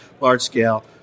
large-scale